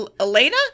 Elena